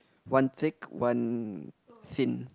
one thick one thin